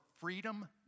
freedom